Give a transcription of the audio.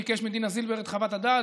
ביקש מדינה זילבר את חוות הדעת,